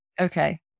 Okay